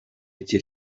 эти